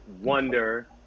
Wonder